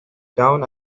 down